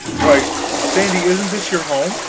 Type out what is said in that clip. why, sandy, isn't this your home?